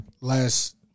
last